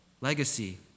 legacy